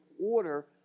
order